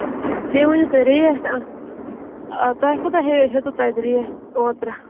بیٚیہِ ؤنِو تُہۍ ریٹ اَتھ آ تۄہہِ کوٗتاہ ہییِو ہیوٚتوٕ تۄہہِ ریٹ اوترٕ